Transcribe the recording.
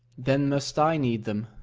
then must i need them,